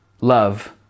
love